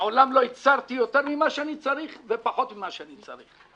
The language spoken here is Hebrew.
מעולם לא ייצרתי יותר ממה שאני צריך או פחות ממה שאני צריך.